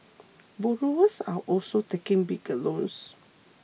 borrowers are also taking bigger loans